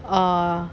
err